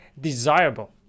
desirable